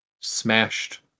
smashed